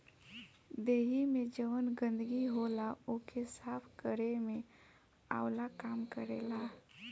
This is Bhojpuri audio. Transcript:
देहि में जवन गंदगी होला ओके साफ़ केरे में आंवला काम करेला